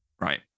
right